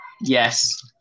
yes